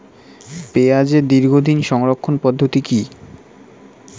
পেঁয়াজের দীর্ঘদিন সংরক্ষণ পদ্ধতি কি?